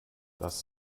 das